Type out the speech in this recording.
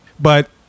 But-